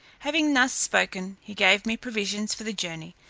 having thus spoken, he gave me provisions for the journey,